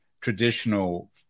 traditional